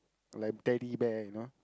like Teddy Bear you know